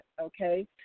okay